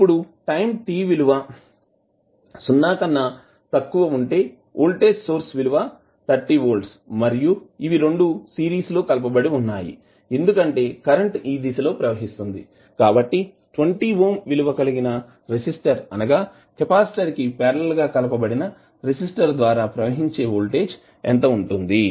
ఇప్పుడు time t విలువ సున్నా కన్నా తక్కువ ఉంటే వోల్టేజ్ సోర్స్ విలువ 30 వోల్ట్స్ మరియు ఇవి రెండు సిరీస్ లో కలపబడి వున్నాయి ఎందుకంటే కరెంట్ ఈ దిశలో ప్రవహిస్తుంది కాబట్టి 20 ఓం విలువ కలిగిన రెసిస్టర్ అనగా కెపాసిటర్ కి పార్లల్ గా కలపబడిన రెసిస్టర్ ద్వారా ప్రవహించే వోల్టేజ్ విలువ ఎంత ఉంటుంది